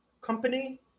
company